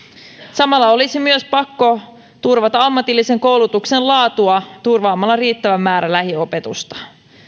samalla olisi myös pakko turvata ammatillisen koulutuksen laatua turvaamalla riittävä määrä lähiopetusta